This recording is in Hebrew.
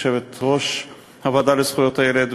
יושבת-ראש הוועדה לזכויות הילד,